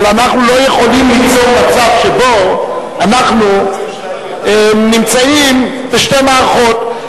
אבל אנחנו לא יכולים ליצור מצב שבו אנחנו נמצאים בשתי מערכות,